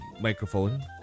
microphone